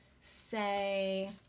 say